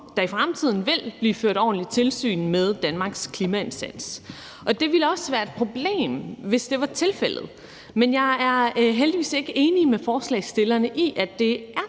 der i fremtiden ikke vil blive ført ordentligt tilsyn med Danmarks klimaindsats. Og det ville også være et problem, hvis det var tilfældet, men jeg er heldigvis ikke enig med forslagsstillerne i, at det er